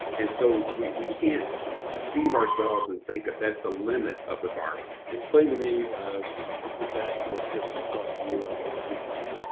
and so we can't deceive ourselves and think that is the limit of the virus. explain to me the dashboard system across the u l campuses.